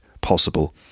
possible